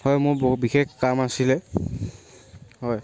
হয় মোৰ বিশেষ কাম আছিলে হয়